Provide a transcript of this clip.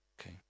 okay